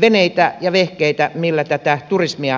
veneitä ja vehkeitä millä tätä turismia voitaisiin harrastaa